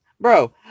bro